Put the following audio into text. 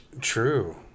True